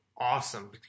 Awesome